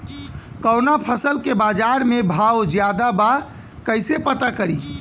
कवना फसल के बाजार में भाव ज्यादा बा कैसे पता करि?